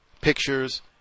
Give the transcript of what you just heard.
pictures